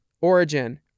Origin